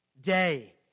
day